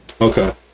okay